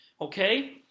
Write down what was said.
Okay